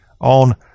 on